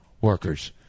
workers